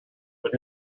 but